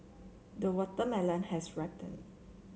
the watermelon has ripened